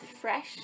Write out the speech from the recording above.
fresh